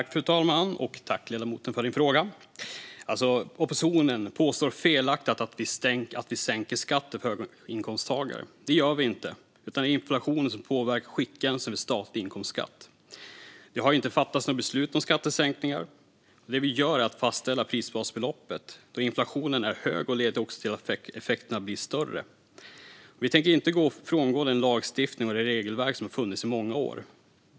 Fru talman! Tack för din fråga, ledamoten! Oppositionen påstår felaktigt att vi sänker skatten för höginkomsttagare. Det gör vi inte. Det är inflationen som påverkar skiktgränsen vid statlig inkomstskatt. Det har inte fattats några beslut om skattesänkningar. Det vi gör är att fastställa prisbasbeloppet då inflationen är hög och leder till att effekterna blir större. Vi tänker inte frångå den lagstiftning och det regelverk som har funnits under många år.